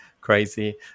crazy